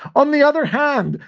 on the other hand,